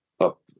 up